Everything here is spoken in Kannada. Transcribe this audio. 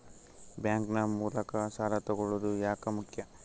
ಬ್ಯಾಂಕ್ ನ ಮೂಲಕ ಸಾಲ ತಗೊಳ್ಳೋದು ಯಾಕ ಮುಖ್ಯ?